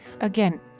Again